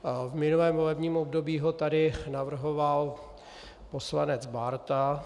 V minulém volebním období ho tady navrhoval poslanec Bárta.